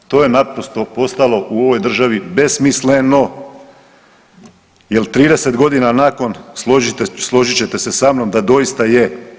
To je naprosto postalo u ovoj državi besmisleno jel 30.g. nakon, složit ćete se sa mnom, da doista je.